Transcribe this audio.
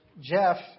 Jeff